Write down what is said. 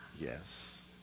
Yes